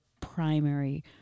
primary